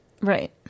Right